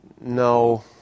no